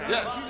Yes